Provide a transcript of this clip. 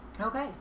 Okay